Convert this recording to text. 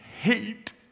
hate